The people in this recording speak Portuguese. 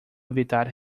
evitar